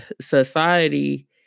society